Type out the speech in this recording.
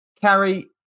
Carrie